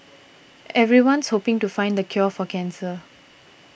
everyone's hoping to find the cure for cancer